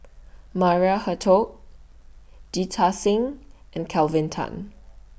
Maria Hertogh Jita Singh and Kelvin Tan